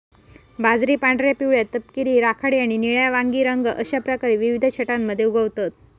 बाजरी पांढऱ्या, पिवळ्या, तपकिरी, राखाडी आणि निळ्या वांगी रंग अश्या विविध छटांमध्ये उगवतत